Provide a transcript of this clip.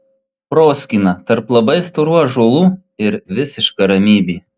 proskyna tarp labai storų ąžuolų ir visiška ramybė